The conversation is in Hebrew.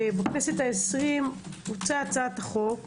ה-20 הוצעה הצעת החוק.